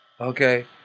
okay